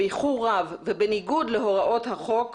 באיחור רב ובניגוד להוראות החוק כאמור,